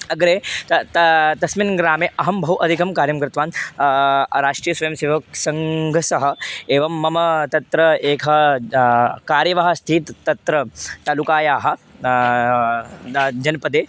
अग्रे ते ते तस्मिन् ग्रामे अहं बहु अधिकं कार्यं कृतवान् राष्ट्रियस्वयंसेवक्सङ्घेन सह एवं मम तत्र एकः कार्यवाहकः अस्ति तत् तत्र तालुकायाः द जनपदे